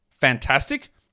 fantastic